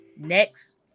next